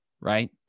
right